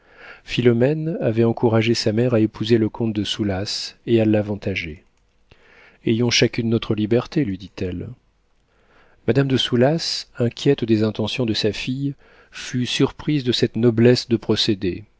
philomène avait encouragé sa mère à épouser le comte de soulas et à l'avantager ayons chacune notre liberté lui dit-elle madame de soulas inquiète des intentions de sa fille fut surprise de cette noblesse de procédés